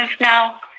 now